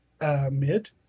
mid